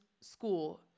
school